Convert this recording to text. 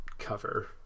cover